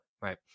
right